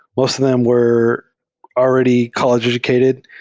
most of them were already college educated,